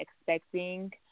expecting